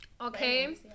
okay